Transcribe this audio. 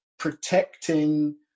protecting